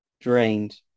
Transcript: drained